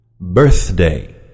Birthday